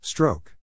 Stroke